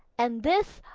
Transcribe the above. and this,